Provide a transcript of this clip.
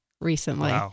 recently